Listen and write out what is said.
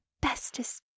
bestest